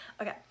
Okay